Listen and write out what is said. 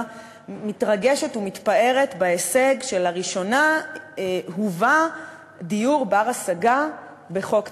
מתרגשת ומתפארת בהישג שלראשונה הובא דיור בר-השגה בחוק תכנוני.